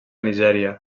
nigèria